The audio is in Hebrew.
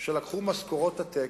שלקחו משכורות עתק,